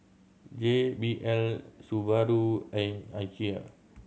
J B L Subaru and Ikea